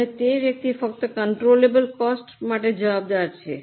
અને તે વ્યક્તિ ફક્ત કન્ટ્રોલબલ કોસ્ટ માટે જવાબદાર છે